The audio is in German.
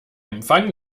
empfang